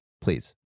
please